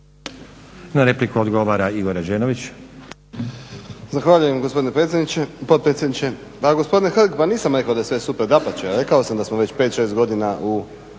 Na repliku odgovara Igor Rađenović.